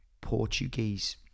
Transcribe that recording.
Portuguese